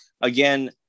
Again